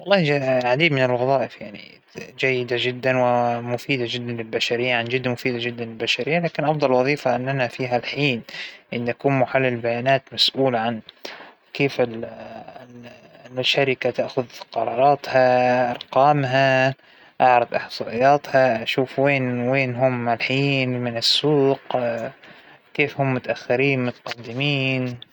ما أعتقد إن فى شخص بيكون سيئ فى شغلة، أعتقد أنه فى شخص ما تعلم هاى الشغلة، منشان هكذا هو سيئ، لكن ما فى شخص سيئ بدون سبب، يمكن حتى لو إنه يكره هذى الوظيفة، إنه لو أتعلمها زين خلاص، أعتقد إنه نجح فيها بنسبة كبيرة كمان، أهم شى التعلم.